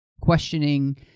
questioning